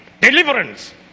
deliverance